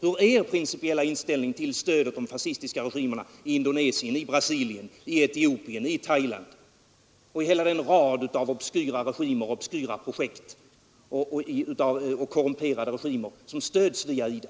Hur är er principiella inställning tillstödet åt de fascistiska regimerna i Indonesien, Brasilien, Etiopien, Thailand och hela den rad av korrumperade regimer och obskyra projekt som stöds via IDA.